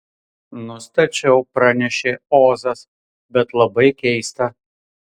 nustačiau pranešė ozas bet labai keista